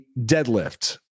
deadlift